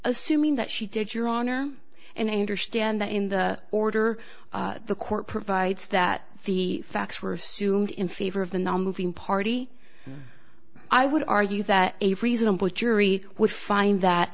assuming that she did your honor and i understand that in the order the court provides that the facts were assumed in favor of the now moving party i would argue that a reasonable jury would find that